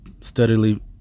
steadily